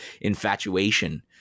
infatuation